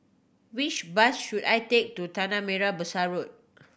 which bus should I take to Tanah Merah Besar Road